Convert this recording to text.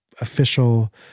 official